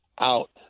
out